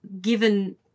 given